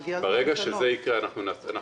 לגבי השאלה על מחיר מקסימום אנחנו פנינו,